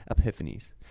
epiphanies